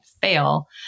fail